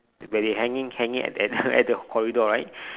where they hanging hanging at the at the corridor right